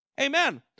Amen